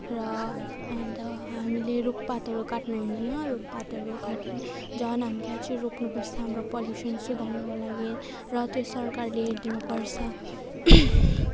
र अन्त हामीले रुखपातहरू काट्नुहुँदैन रुखपातहरू काट्नु झन् हामीलाई चाहिँ रोप्नु पर्छ हाम्रो पल्युसन सुधार्नुको लागि र त्यो सरकारले हेरिदिनु पर्छ